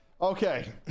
Okay